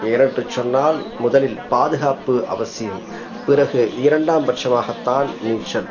ஏனென்று சொன்னால் முதலில் பாதுகாப்பு அவசியம் பிறகு இரண்டாம் பட்சமாகத்தான் நீச்சல்